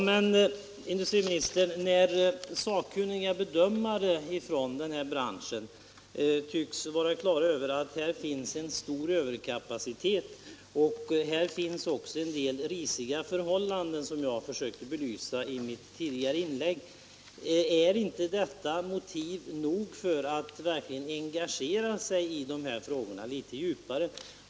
Herr talman! Men när sakkunniga bedömare från denna bransch tycks vara på det klara med att här finns en stor överkapacitet och även en del risiga förhållanden, vilket jag försökte belysa i mitt tidigare inlägg, är inte detta då motiv nog för att man verkligen skall engagera sig i dessa frågor litet djupare?